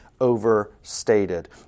overstated